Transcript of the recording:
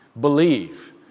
Believe